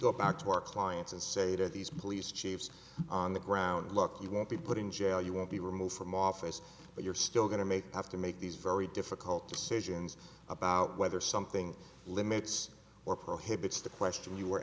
go back to our clients and say to these police chiefs on the ground lucky you won't be put in jail you will be removed from office but you're still going to make have to make these very difficult decisions about whether something limits or prohibits the question you were